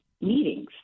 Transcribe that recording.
meetings